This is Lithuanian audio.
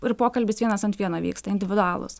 ir pokalbis vienas ant vieno vyksta individualūs